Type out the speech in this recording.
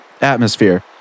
Atmosphere